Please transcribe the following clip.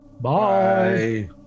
Bye